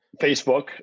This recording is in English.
Facebook